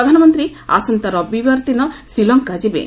ପ୍ରଧାନମନ୍ତ୍ରୀ ଆସନ୍ତା ରବିବାର ଦିନ ଶ୍ରୀଲଙ୍କା ଯିବେ